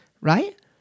right